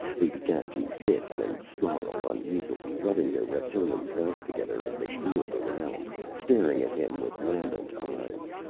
they began to hiss and snarl uneasily, rubbing their reptilian flanks together as they wheeled around staring at him with lambent eyes.